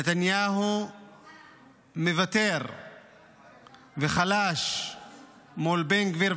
נתניהו מוותר וחלש מול בן גביר,